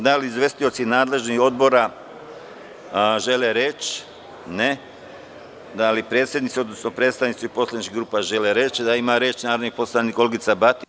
Da li izvestioci nadležnih odbora žele reč? (Ne.) Da li predsednici, odnosno predstavnici poslaničkih grupa žele reč? (Da.) Reč ima narodni poslanik Olgica Batić.